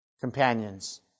Companions